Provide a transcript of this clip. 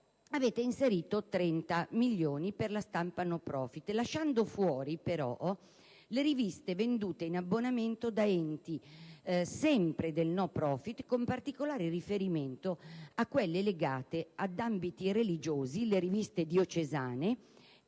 avete inserito 30 milioni di euro per la stampa *no profit*, escludendo però le riviste vendute in abbonamento da enti, sempre *no profit*, con particolare riferimento a quelle legate ad ambiti religiosi, le riviste diocesane